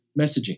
messaging